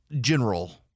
general